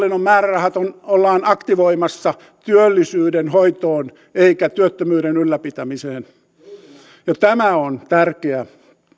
määrärahat ollaan aktivoimassa työllisyyden hoitoon eikä työttömyyden ylläpitämiseen tämä on tärkeä